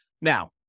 Now